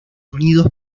unidos